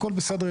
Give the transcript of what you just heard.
הכול בסדר,